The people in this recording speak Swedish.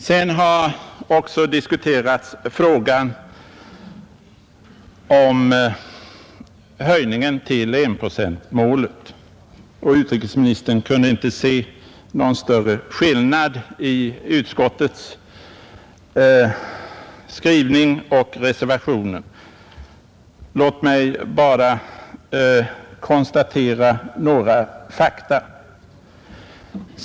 Sedan har man också diskuterat frågan om höjningen för att uppnå enprocentsmålet, och utrikesministern kunde inte se någon större skillnad i utskottets skrivning och reservationens. Låt mig bara konstatera några fakta.